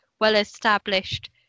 well-established